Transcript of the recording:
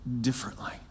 differently